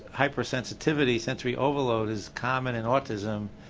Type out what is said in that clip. hypersensitivity sensory overload is common in autism,